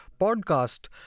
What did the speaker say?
podcast